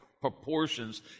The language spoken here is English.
proportions